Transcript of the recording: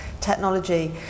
Technology